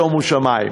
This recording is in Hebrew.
שומו שמים.